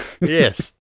Yes